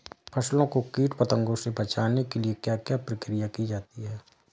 फसलों को कीट पतंगों से बचाने के लिए क्या क्या प्रकिर्या की जाती है?